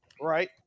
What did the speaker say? right